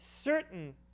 certain